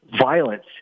violence